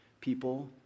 people